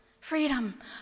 freedom